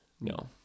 No